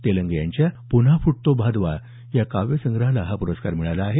तेलंग यांच्या पुन्हा फुटतो भादवा या काव्यसंग्रहाला हा पुरस्कार मिळाला आहे